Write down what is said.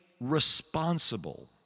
responsible